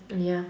ya